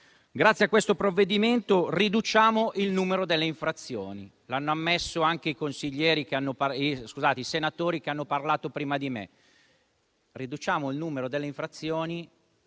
Grazie a questo provvedimento riduciamo il numero delle infrazioni, come hanno ammesso anche i senatori che hanno parlato prima di me.